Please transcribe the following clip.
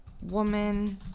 woman